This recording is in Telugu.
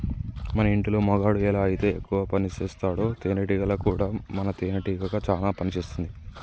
మన ఇంటిలో మగాడు ఎలా అయితే ఎక్కువ పనిసేస్తాడో తేనేటీగలలో కూడా మగ తేనెటీగ చానా పని చేస్తుంది